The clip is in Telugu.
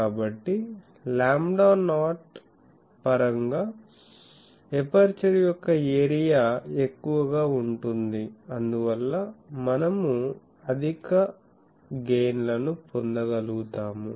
కాబట్టి లాంబ్డా నాట్ పరంగా ఎపర్చరు యొక్క ఏరియా ఎక్కువగా ఉంటుంది అందువల్ల మనము అధిక గెయిన్ లను పొందగలుగుతాము